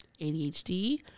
ADHD